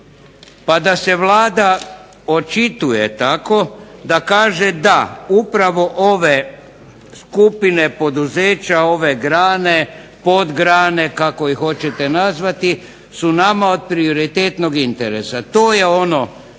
pa da se Vlada očituje tako da kaže da upravo ove skupine poduzeća, grane kako god ih hoćete nazvati su nama od prioritetnog interesa to je ono